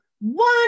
one